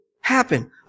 happen